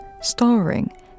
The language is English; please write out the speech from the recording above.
starring